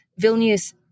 Vilnius